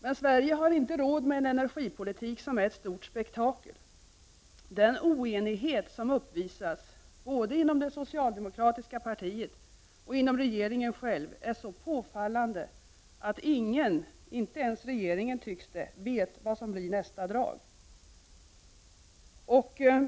Men Sverige har inte råd med en energipolitik som är ett stort spektakel. Den oenighet som uppvisas, både inom det socialdemokratiska partiet och inom regeringen själv, är så påfallande att ingen — inte ens regeringen, tycks det — vet vad nästa drag blir.